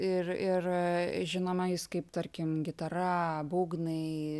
ir ir žinomais kaip tarkim gitara būgnai